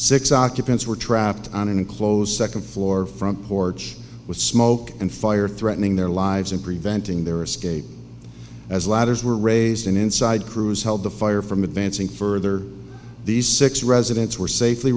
six occupants were trapped on an enclosed second floor front porch with smoke and fire threatening their lives and preventing their escape as ladders were raised and inside crews held the fire from advancing further these six residents were safely